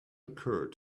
occur